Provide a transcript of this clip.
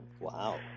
Wow